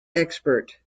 expert